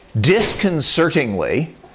disconcertingly